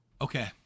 Okay